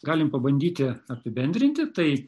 galim pabandyti apibendrinti tai